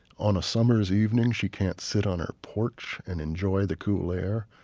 on a summer's evening, she can't sit on her porch and enjoy the cool air